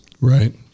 Right